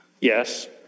Yes